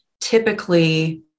typically